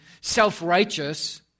self-righteous